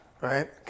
right